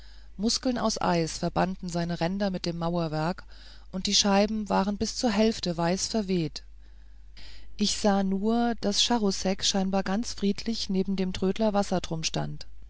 muskeln aus eis verbanden seine ränder mit dem mauerwerk und die scheiben waren bis zur hälfte weiß verweht ich sah nur daß charousek scheinbar ganz friedlich neben dem trödler wassertrum stand